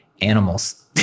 animals